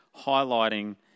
highlighting